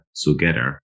together